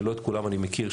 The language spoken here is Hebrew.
שלא את כולם אני מכיר,